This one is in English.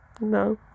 no